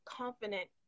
confident